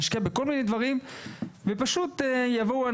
נשקיע בכל מיני דברים ויבואו אנשים